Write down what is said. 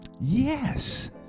Yes